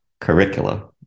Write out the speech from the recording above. curricula